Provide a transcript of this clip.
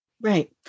Right